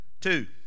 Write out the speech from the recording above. Two